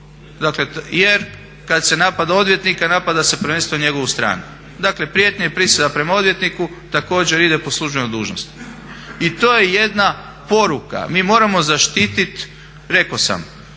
dakle jer kada se napada odvjetnika, napada se prvenstveno njegovu stranu. Dakle prijetnja i prisila prema odvjetniku također ide po službenoj dužnosti. I to je jedan poruka, mi moramo zaštiti, rekao sam,